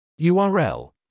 URL